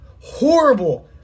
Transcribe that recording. horrible